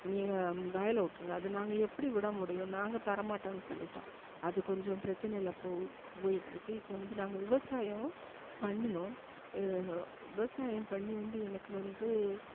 நீங்கள் வயலை விட்ருங்க அது நாங்கள் எப்படி விட முடியும் நாங்கள் தரமாட்டோன்னு சொல்லிவிட்டோம் அது கொஞ்சம் பிரச்சினையில போ போய்கிட்ருக்கு இப்போ வந்து நாங்கள் விவசாயம் பண்ணினோம் விவசாயம் பண்ணி வந்து எனக்கு வந்து